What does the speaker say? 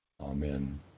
amen